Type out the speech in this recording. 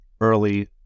early